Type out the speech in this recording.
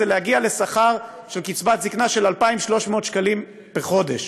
זה להגיע לשכר של קצבת זקנה של 2,300 שקלים בחודש,